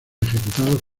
ejecutados